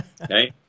Okay